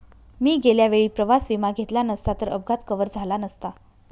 मी गेल्या वेळी प्रवास विमा घेतला नसता तर अपघात कव्हर झाला नसता